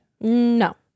No